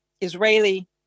Israeli